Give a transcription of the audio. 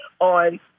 on